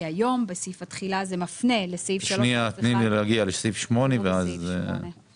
כי היום בסעיף התחילה זה מפנה לסעיף 3א1 ולא לסעיף 8. זה התנאי.